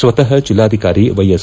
ಸ್ತತಃ ಜಿಲ್ಲಾಧಿಕಾರಿ ವ್ಯೆಎಸ್